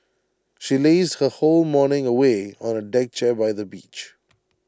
she lazed her whole morning away on A deck chair by the beach